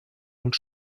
und